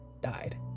died